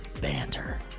banter